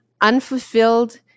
unfulfilled